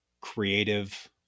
creative